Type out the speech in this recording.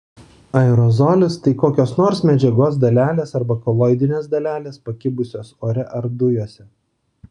aerozolis tai kokios nors medžiagos dalelės arba koloidinės dalelės pakibusios ore ar dujose